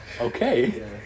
Okay